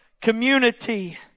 community